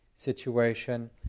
Situation